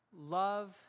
love